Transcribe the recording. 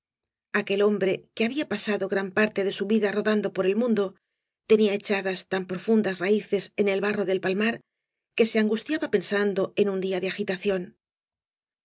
aquel hombre que había pasado gran parte de su vida rodando por el mundo tenía echadas tan profundas raíces en el barro del palmar que se angustiaba pensando en un día de agitación